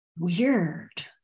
weird